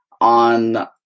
on